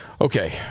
Okay